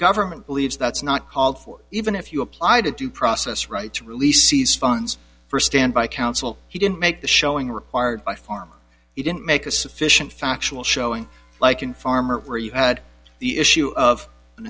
government believes that's not called for even if you apply to due process rights releases funds for standby counsel he didn't make the showing required by pharma he didn't make a sufficient factual showing like in farmer or you had the issue of an